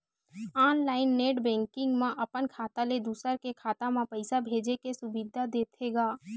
online net banking म अपन खाता ले दूसर के खाता म पइसा भेजे के सुबिधा देथे गा